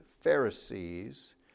Pharisees